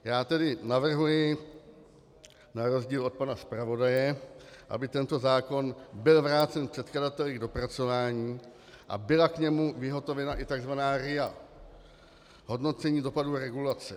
Já tedy navrhuji na rozdíl od pana zpravodaje, aby tento zákon byl vrácen předkladateli k dopracování a byla k němu vyhotovena i tzv. RIA hodnocení dopadů regulace.